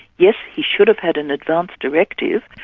yes, he should've had an advance directive,